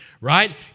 right